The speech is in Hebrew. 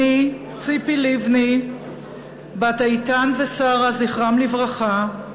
אני, ציפי לבני, בת איתן ושרה, זכרם לברכה,